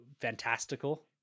fantastical